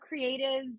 creatives